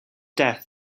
death